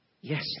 Yes